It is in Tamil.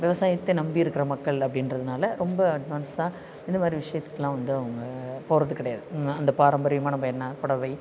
விவசாயத்தை நம்பி இருக்கிற மக்கள் அப்படின்றதுனால ரொம்ப அட்வான்ஸ்ஸாக இந்த மாதிரி விஷயத்துக்குலாம் வந்து அவங்க போகிறது கிடையாது அந்த பாரம்பரியமானது என்ன புடவை